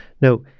Now